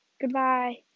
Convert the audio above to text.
Goodbye